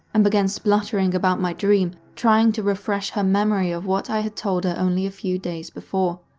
and began spluttering about my dream, trying to refresh her memory of what i had told her only a few days' before.